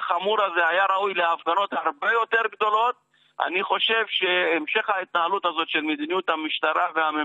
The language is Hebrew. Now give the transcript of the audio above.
אני חייבת לומר